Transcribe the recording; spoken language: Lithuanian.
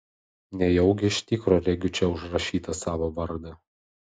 nejaugi iš tikro regiu čia užrašytą savo vardą